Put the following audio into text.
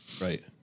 Right